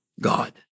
God